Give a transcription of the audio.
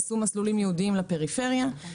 עשו מסלולים ייעודיים לפריפריה,